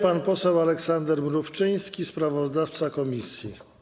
Pan poseł Aleksander Mrówczyński, sprawozdawca komisji.